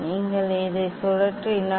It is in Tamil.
நீங்கள் இதை சுழற்றினால்